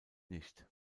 nicht